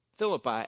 Philippi